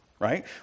right